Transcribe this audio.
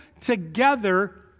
together